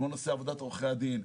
כמו נושא עבודת עורכי הדין,